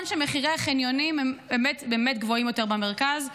אבל נכון שמחירי החניונים הם באמת גבוהים יותר במרכז,